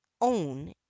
own